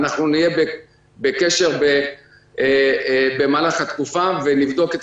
אנחנו נהיה בקשר במהלך התקופה ונבדוק את